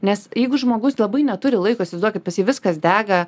nes jeigu žmogus labai neturi laiko įsivaizduokit pas jį viskas dega